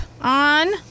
on